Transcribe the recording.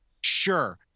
Sure